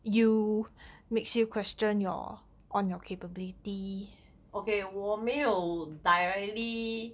okay 我没有 directly